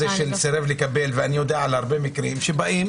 של "סירב לקבל" אלא אני יודע על הרבה מקרים שאומרים